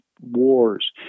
wars